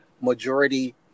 majority